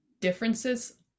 differences